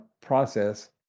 process